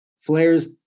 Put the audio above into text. flares